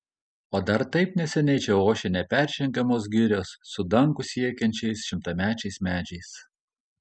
o dar taip neseniai čia ošė neperžengiamos girios su dangų siekiančiais šimtamečiais medžiais